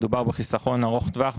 מדובר בחיסכון ארוך טווח,